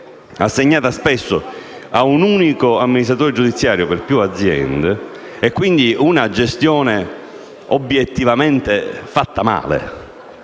assegnata spesso ad un amministratore giudiziario unico per più aziende, quindi è una gestione obiettivamente fatta male,